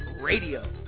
Radio